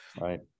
Right